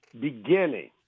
beginning